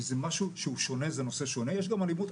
טוב שיש פה גם נציגים של כוחות הביטחון,